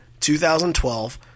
2012